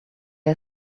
are